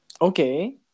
Okay